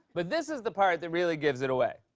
but this is the part that really gives it away.